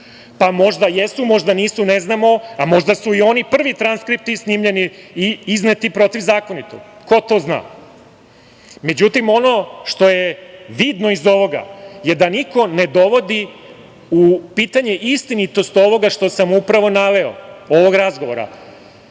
Pa, možda jesu, možda nisu, ne znamo, a možda su i oni prvi transkripti snimljeni i izneti protivzakonito. Ko to zna? Međutim, ono što je vidno iz ovoga je da niko ne dovodi u pitanje istinitost ovoga što sam upravo naveo, ovog razgovora.